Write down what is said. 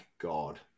God